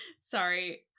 Sorry